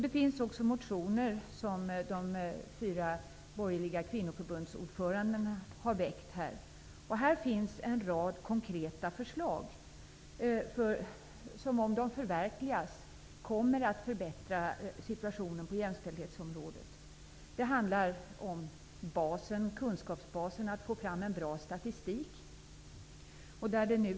Det finns också motioner väckta av de fyra borgerliga kvinnoförbundsordförandena. Här finns en rad konkreta förslag som, om de förverkligas, kommer att förbättra situationen på jämställdhetsområdet. Det handlar bl.a. om kunskapsbasen för att få fram en bra statistik.